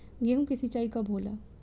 गेहूं के सिंचाई कब होला?